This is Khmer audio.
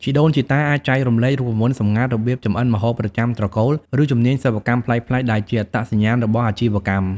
ជីដូនជីតា អាចចែករំលែករូបមន្តសម្ងាត់ របៀបចម្អិនម្ហូបប្រចាំត្រកូល ឬជំនាញសិប្បកម្មប្លែកៗ ដែលជាអត្តសញ្ញាណរបស់អាជីវកម្ម។